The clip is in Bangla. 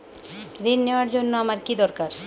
ঋণ নেওয়ার জন্য আমার কী দরকার?